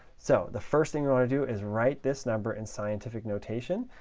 so the first thing you want to do is write this number in scientific notation,